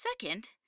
Second